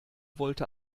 wollte